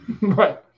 Right